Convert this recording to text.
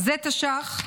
זה תש"ח,